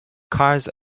cars